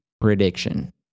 prediction